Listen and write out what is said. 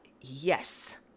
yes